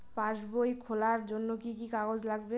পাসবই খোলার জন্য কি কি কাগজ লাগবে?